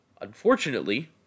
Unfortunately